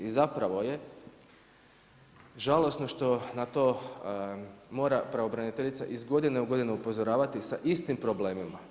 I zapravo je žalosno što na to mora pravobraniteljica iz godinu u godinu upozoravati sa istim problemima.